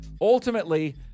Ultimately